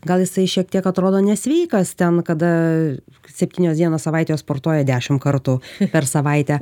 gal jisai šiek tiek atrodo nesveikas ten kada septynios dienos savaitėje sportuoja dešim kartų per savaitę